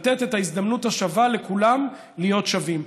לתת את ההזדמנות השווה לכולם להיות שווים.